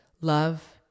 love